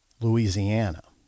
Louisiana